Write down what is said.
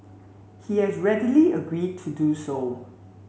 he has readily agreed to do so